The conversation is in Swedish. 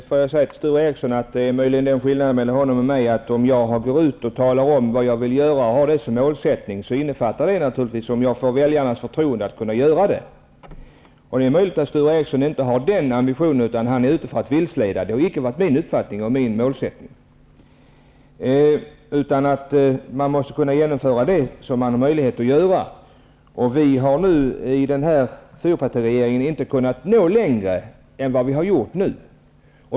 Herr talman! Jag vill till Sture Ericson säga att skillnaden mellan honom och mig möjligen är den, att om jag går ut och talar om vad jag vill genomföra och vad jag har som målsättning, innefattar det naturligtvis att jag får väljarnas förtroende att göra det. Det är möjligt att Sture Ericson inte har den ambitionen, utan att han i stället är ute efter att vilseleda. Det har inte varit min uppfattning och målsättning. Man måste genomföra det som man har möjlighet att göra. Vi har nu i denna fyrpartiregering inte kunnat nå längre än vad vi nu har gjort.